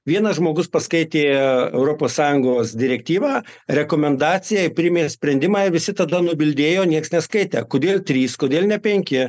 vienas žmogus paskaitė europos sąjungos direktyvą rekomendacijai priemė sprendimą visi tada nubildėjo nieks neskaitė kodėl trys kodėl ne penki